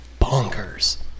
bonkers